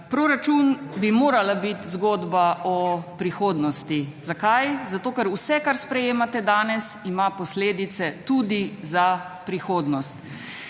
proračun bi moral biti zgodba o prihodnosti. Zakaj? Zato, ker vse, kar sprejemate danes, ima posledice tudi za prihodnost,